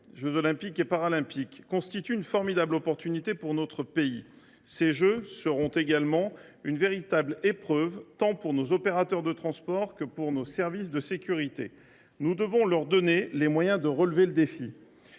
jeux Olympiques et Paralympiques constitue une formidable opportunité pour notre pays. Ces Jeux seront également une véritable épreuve, tant pour nos opérateurs de transport que pour nos services de sécurité. Nous devons leur donner les moyens de relever le défi.